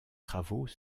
travaux